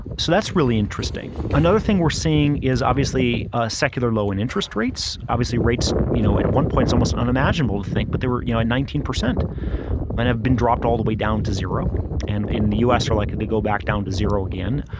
so that's really interesting. another thing we're seeing is obviously a secular low in interest rates. obviously rates you know at one point it's almost unimaginable to think, but there were you know at nineteen percent and have been dropped all the way down to zero and in the us are likely to go back down to zero again.